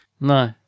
No